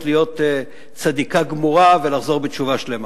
להיות צדיקה גמורה ולחזור בתשובה שלמה.